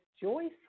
Joyce